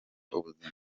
ubuzima